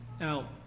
Now